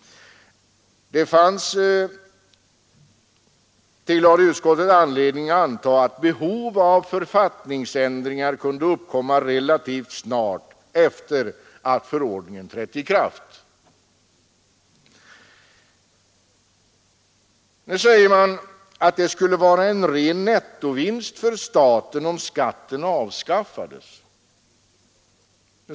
Det fanns, tillade utskottet, anledning anta att behov av författningsändringar kunde uppkomma relativt snart efter det förordningen trätt i kraft. Nu säger åtminstone vissa motionärer att det skulle innebära en ren nettovinst för staten om skatten avskaffades.